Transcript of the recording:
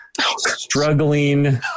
struggling